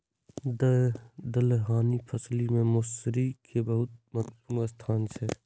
दलहनी फसिल मे मौसरी के बहुत महत्वपूर्ण स्थान छै